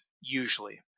usually